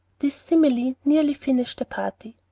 this simile nearly finished the party.